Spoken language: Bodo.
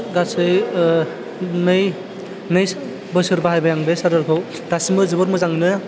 गासै नै नै बोसोर बाहायबाय आं बे चार्जारखौ दासिमबो जोबोद मोजाङैनो